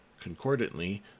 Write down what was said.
Concordantly